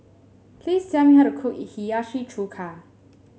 please tell me how to cook Hiyashi Chuka